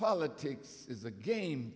politics is a game